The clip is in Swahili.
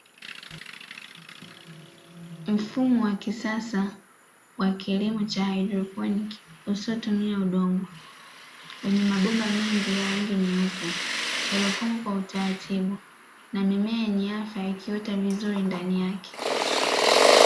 Mfumo wa kisasa wa kilimo cha haidroponi usiotumia udongo, wenye mabomba mengi ya rangi nyeupe yaliyopangwa kwa utaratibu na mimea yenye afya ikiota vizuri ndani yake.